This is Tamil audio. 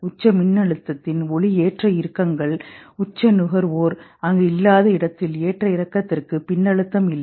உச்ச மின்னழுத்தத்தின் ஒளி ஏற்ற இறக்கங்கள் உச்ச நுகர்வோர் அங்கு இல்லாத இடத்தில் ஏற்ற இறக்கத்திற்கு மின்னழுத்தம் இல்லை